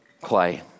clay